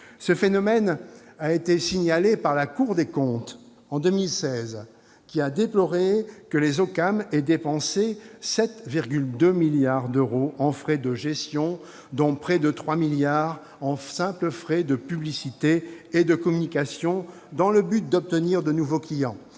Ce phénomène a été signalé par la Cour des comptes en 2016. La Cour déplorait que les OCAM aient dépensé 7,2 milliards d'euros en frais de gestion, dont près de 3 milliards en simples frais de publicité et de communication dans le but d'obtenir de nouveaux clients-